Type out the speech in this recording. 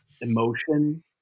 emotion